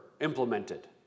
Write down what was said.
implemented